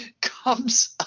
comes